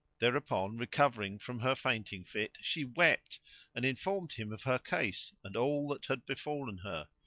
thereupon recovering from her fainting fit she wept and in formed him of her case and all that had befallen her.